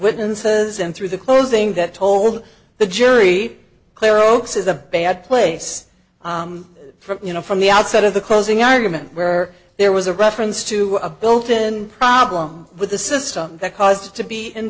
witnesses and through the closing that told the jury clear oaks is a bad place for you know from the outset of the closing argument where there was a reference to a built in problem with the system that caused it to be in